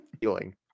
feeling